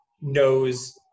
knows